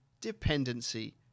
dependency